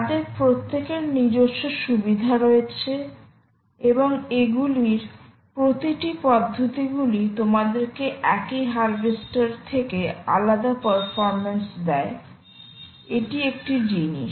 তাদের প্রত্যেকের নিজস্ব সুবিধা রয়েছে এবং এগুলির প্রতিটি পদ্ধতিগুলি তোমাদেরকে একই হারভেস্টার থেকে আলাদা পারফরম্যান্স দেয় এটি একটি জিনিস